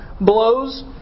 blows